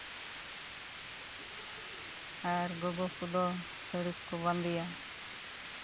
ᱟᱨ ᱜᱚᱜᱚ ᱠᱚᱫᱚ ᱥᱟᱹᱲᱤ ᱠᱚᱠᱚ ᱵᱟᱸᱫᱮᱭᱟ